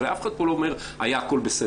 הרי אף אחד פה לא אומר, היה הכול בסדר.